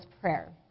Prayer